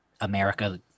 America